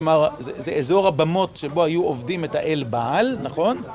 כלומר, זה אזור הבמות שבו היו עובדים את האל בעל, נכון?